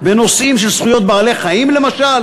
בנושאים של זכויות בעלי-חיים למשל,